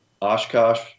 Oshkosh